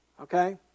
Okay